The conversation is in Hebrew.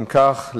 אם כך,